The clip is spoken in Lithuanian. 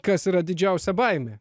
kas yra didžiausia baimė